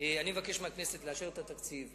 לאשר את התקציב.